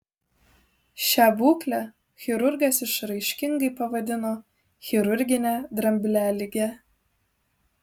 šią būklę chirurgas išraiškingai pavadino chirurgine dramblialige